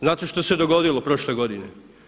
Znate što se dogodilo prošle godine?